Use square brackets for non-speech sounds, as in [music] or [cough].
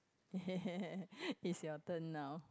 [laughs] is your turn now